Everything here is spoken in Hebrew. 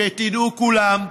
שתדעו כולם,